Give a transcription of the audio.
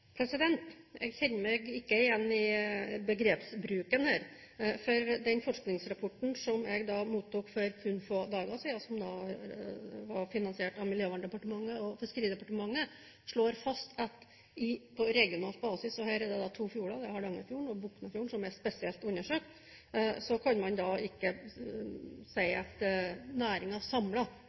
Jeg kjenner meg ikke igjen i begrepsbruken her, for den forskningsrapporten som jeg mottok for kun få dager siden, som var finansiert av Miljøverndepartementet og Fiskeridepartementet, slår fast at på regional basis – og her er det to fjorder, Hardangerfjorden og Boknafjorden, som er spesielt undersøkt – kan man ikke si at